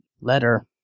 letter